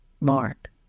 Mark